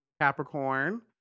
Capricorn